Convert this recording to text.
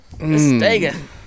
Mistaken